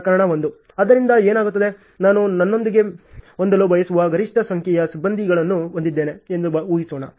ಪ್ರಕರಣ 1 ಆದ್ದರಿಂದ ಏನಾಗುತ್ತದೆ ನಾನು ನನ್ನೊಂದಿಗೆ ಹೊಂದಲು ಬಯಸುವ ಗರಿಷ್ಠ ಸಂಖ್ಯೆಯ ಸಿಬ್ಬಂದಿಗಳನ್ನು ಹೊಂದಿದ್ದೇನೆ ಎಂದು ಹೂಹಿಸೋಣ